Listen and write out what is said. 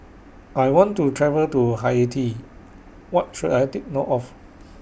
I want to travel to Haiti What should I Take note of